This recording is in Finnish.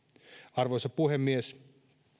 arvoisa puhemies